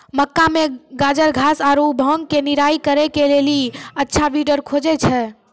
मक्का मे गाजरघास आरु भांग के निराई करे के लेली अच्छा वीडर खोजे छैय?